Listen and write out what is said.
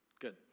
Good